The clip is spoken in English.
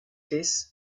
this